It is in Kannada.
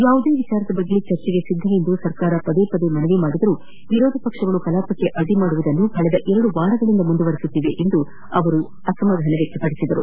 ಯಾವುದೇ ವಿಷಯದ ಬಗ್ಗೆ ಚರ್ಚೆಗೆ ಸಿದ್ದ ಎಂದು ಸರ್ಕಾರ ಪದೇ ಪದೇ ಮನವಿ ಮಾಡಿದರೂ ವಿರೋಧ ಪಕ್ಷಗಳು ಕಲಾಪಕ್ಕೆ ಅಡ್ಡಿಪಡಿಸುವುದನ್ನು ಕಳೆದ ಎರಡು ವಾರಗಳಿಂದ ಮುಂದುವರಿಸಿವೆ ಎಂದು ಅವರು ಹೇಳಿದರು